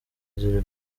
ziri